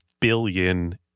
billion